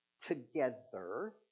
together